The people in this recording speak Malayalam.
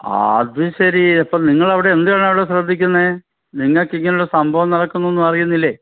ആ അത് ശരി അപ്പം നിങ്ങളവിടെ എന്തിന്നാണ് ശ്രദ്ധിക്കുന്നത് നിങ്ങൾക്കിങ്ങനെയുള്ള സംഭവം നടക്കുന്നതൊന്നും അറിയുന്നില്ലേ